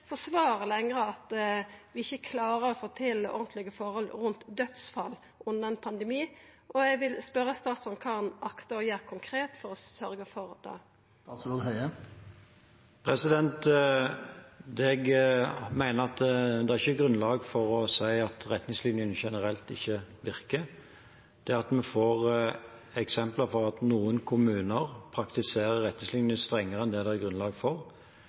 at vi ikkje klarer å få til ordentlege forhold rundt dødsfall under ein pandemi, og eg vil spørja statsråden kva han akter å gjera konkret for å sørgja for det. Jeg mener at det ikke er grunnlag for å si at retningslinjene generelt ikke virker. Eksemplene vi får på at noen kommuner praktiserer retningslinjene strengere enn det det er grunnlag for,